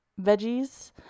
veggies